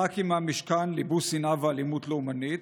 ח"כים מהמשכן ליבו שנאה ואלימות לאומנית,